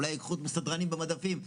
אולי ייקחו אותם לסדרנים במדפים.